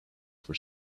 for